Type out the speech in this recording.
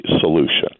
solution